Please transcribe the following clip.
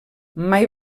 mai